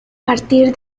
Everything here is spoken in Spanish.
partir